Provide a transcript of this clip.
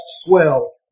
swell